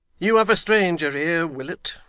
you have a stranger here, willet,